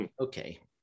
Okay